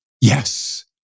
Yes